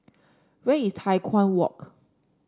where is Tai Walk